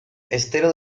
estero